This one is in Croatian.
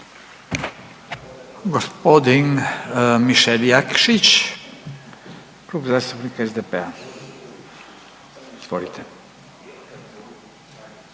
Gospodin Mišel Jakšić, Klub zastupnika SDP-a. Izvolite.